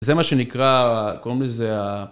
זה מה שנקרא, קוראים לזה...